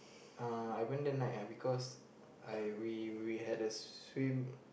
uh I went there night ah because I we we had a swim